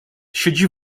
siedzi